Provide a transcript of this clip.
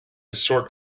sort